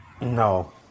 no